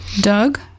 Doug